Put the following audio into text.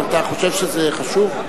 אם אתה חושב שזה חשוב.